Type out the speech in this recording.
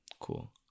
cool